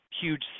huge